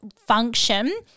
function